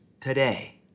today